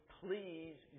please